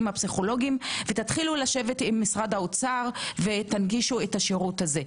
הפסיכולוגים ותתחילו לשבת עם משרד האוצר ותנגישו את השירות הזה.